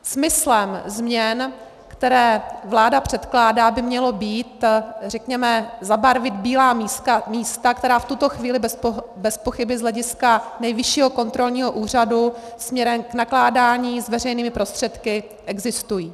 Smyslem změn, které vláda předkládá, by mělo být, řekněme, zabarvit bílá místa, která v tuto chvíli bezpochyby z hlediska Nejvyššího kontrolního úřadu směrem k nakládání s veřejnými prostředky existují.